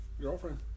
girlfriend